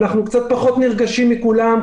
אנחנו קצת פחות נרגשים מכולם,